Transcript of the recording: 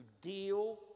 deal